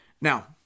Now